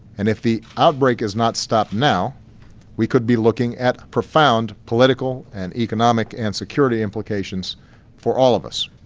and if the outbreak is not stopped now we could be looking at profound political and economic and security implications for all of us.